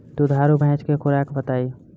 दुधारू भैंस के खुराक बताई?